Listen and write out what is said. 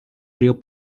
río